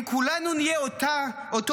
אם כולנו נהיה אותו צבע,